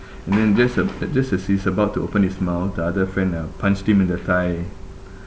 and then just uh just as he's about to open his mouth the other friend uh punched him in the thigh